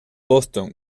boston